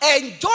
Enjoy